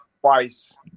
twice